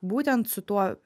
būtent su tuo